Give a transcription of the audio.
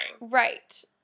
Right